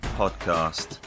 podcast